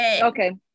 Okay